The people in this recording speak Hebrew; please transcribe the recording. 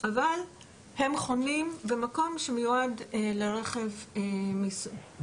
אבל הם חונים במקום שמיועד לרכב מסוג